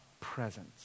presence